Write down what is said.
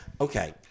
okay